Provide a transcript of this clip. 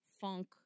funk